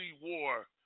War